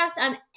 on